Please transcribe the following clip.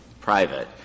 private